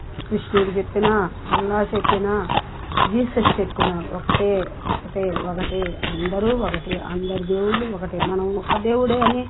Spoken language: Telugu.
కృష్ణుడు చెప్పినా అల్లా చెప్పినా జీసస్ చెప్పినా ఒకటే ఒకటే ఒకటే అందరూ ఒకటే అందరి దేవుళ్ళు ఒకటే మనం ఒక దేవుడే అని